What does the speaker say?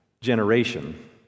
generation